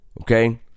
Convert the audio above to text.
Okay